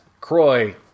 Croy